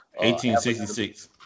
1866